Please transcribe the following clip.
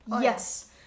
Yes